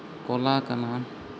ᱠᱚᱞᱟ ᱠᱟᱱᱟ